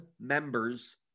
members